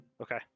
Okay